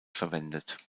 verwendet